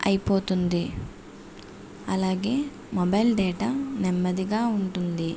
అయిపోతుంది అలాగే mobile data నెమ్మదిగా ఉంటుంది